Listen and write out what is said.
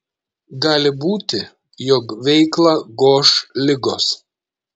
gali būti jog veiklą goš ligos